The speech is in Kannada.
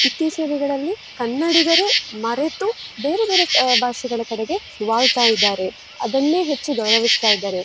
ಇತ್ತೀಚಿನ ದಿನಗಳಲ್ಲಿ ಕನ್ನಡಿಗರೇ ಮರೆತು ಬೇರೆ ಬೇರೆ ಭಾಷೆಗಳ ಕಡೆಗೆ ವಾಲ್ತಾಯಿದ್ದಾರೆ ಅದನ್ನೇ ಹೆಚ್ಚು ಗೌರವಿಸ್ತಾಯಿದ್ದಾರೆ